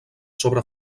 sobre